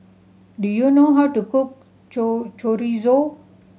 do you know how to cook Chorizo